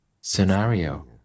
scenario